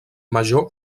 major